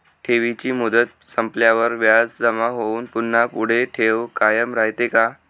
ठेवीची मुदत संपल्यावर व्याज जमा होऊन पुन्हा पुढे ठेव कायम राहते का?